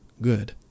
good